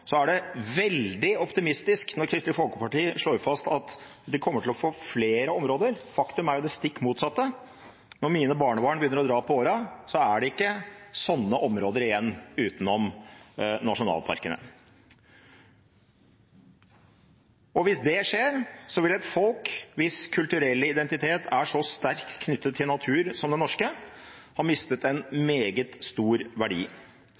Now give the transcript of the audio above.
er det veldig optimistisk når Kristelig Folkeparti slår fast at vi kommer til å få flere områder. Faktum er jo det stikk motsatte. Når mine barnebarn begynner å dra på årene, er det ikke sånne områder igjen utenom nasjonalparkene. Hvis det skjer, vil et folk, hvis kulturelle identitet er så sterkt knyttet til natur som det norske, ha mistet en meget stor verdi.